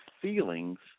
feelings